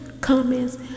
comments